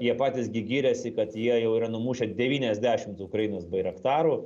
jie patys gi giriasi kad jie jau yra numušę devyniasdešimt ukrainos bairaktarų